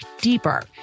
deeper